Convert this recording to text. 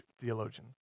theologian